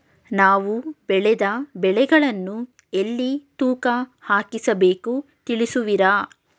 ನಾವು ಬೆಳೆದ ಬೆಳೆಗಳನ್ನು ಎಲ್ಲಿ ತೂಕ ಹಾಕಿಸಬೇಕು ತಿಳಿಸುವಿರಾ?